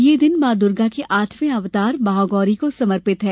यह दिन मॉ दुर्गा के आठवें अवतार महागौरी को समर्पित है